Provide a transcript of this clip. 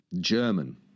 German